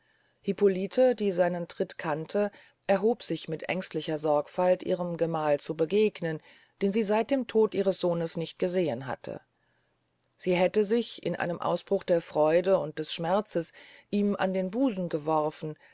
hippolite die seinen tritt kannte erhob sich mit ängstlicher sorgfalt ihrem gemahl zu begegnen den sie seit dem tode ihres sohnes nicht gesehen hatte sie hätte sich in einem ausbruch der freude und des schmerzes ihm an den busen geworfen